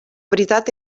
veritat